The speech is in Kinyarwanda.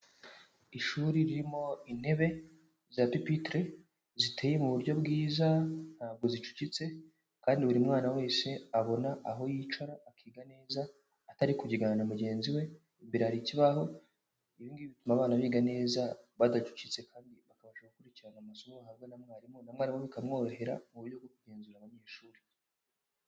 Ishuri ririmo intebe za pipitire, ziteye mu buryo bwiza ntabwo zicucitse. Kandi buri mwana wese abona aho yicara akiga neza atari kubyigana na mugenzi we. Imbere hari ikibaho. Ibi ngibi bituma abana biga neza badacucitse kandi bakabasha gukurikirana amasomo bahabwa na mwarimu, na mwarimu bikamworohera mu buryo bwo kugenzura abanyeshuri.